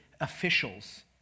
officials